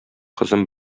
кызым